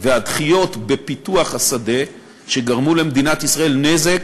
והדחיות בפיתוח השדה, שגרמו למדינת ישראל נזק